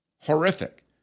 Horrific